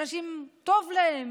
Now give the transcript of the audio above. אנשים, טוב להם.